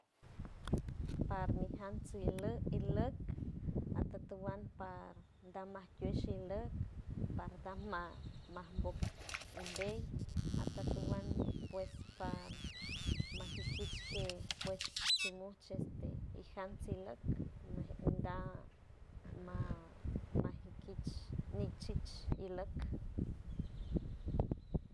Par mijam shijluck iluck atetuan par tamajtiok xiok partakmaj majpok imbej atetuwan puesh par majikiske pues kimuisky pues yam xilok najda maj jiks nichich iluck.